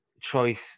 choice